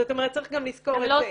זאת אומרת, צריך גם לזכור את זה.